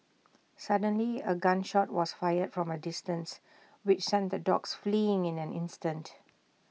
suddenly A gun shot was fired from A distance which sent the dogs fleeing in an instant